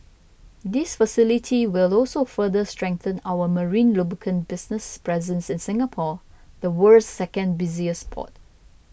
this facility will also further strengthen our marine lubricant business's presence in Singapore the world's second busiest port